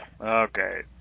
Okay